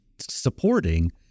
supporting